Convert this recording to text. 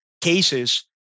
cases